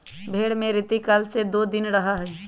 भेंड़ में रतिकाल एक से दो दिन रहा हई